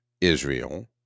Israel